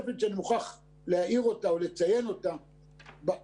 כאן אני רק אגיד לעניין פעולות החיזוק לאורך קווי השבר,